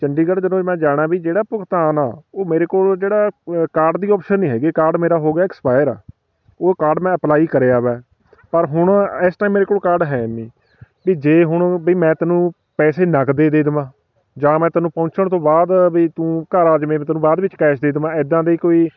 ਚੰਡੀਗੜ੍ਹ ਜਦੋਂ ਮੈਂ ਜਾਣਾ ਵੀ ਜਿਹੜਾ ਭੁਗਤਾਨ ਆ ਉਹ ਮੇਰੇ ਕੋਲ ਜਿਹੜਾ ਕਾਰਡ ਦੀ ਆਪਸ਼ਨ ਨਹੀਂ ਹੈਗੀ ਕਾਰਡ ਮੇਰਾ ਹੋ ਗਿਆ ਐਕਸਪਾਇਰ ਉਹ ਕਾਰਡ ਮੈਂ ਅਪਲਾਈ ਕਰਿਆ ਵਾ ਪਰ ਹੁਣ ਇਸ ਟਾਈਮ ਮੇਰੇ ਕੋਲ ਕਾਰਡ ਹੈ ਨਹੀਂ ਵੀ ਜੇ ਹੁਣ ਵੀ ਮੈਂ ਤੈਨੂੰ ਪੈਸੇ ਨਕਦ ਏ ਦੇ ਦੇਵਾਂ ਜਾਂ ਮੈਂ ਤੈਨੂੰ ਪਹੁੰਚਣ ਤੋਂ ਬਾਅਦ ਵੀ ਤੂੰ ਘਰ ਆ ਜਾਵੇਂ ਵੀ ਤੈਨੂੰ ਬਾਅਦ ਵਿੱਚ ਕੈਸ਼ ਦੇ ਦੇਵਾ ਇੱਦਾਂ ਦੀ ਕੋਈ